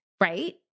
right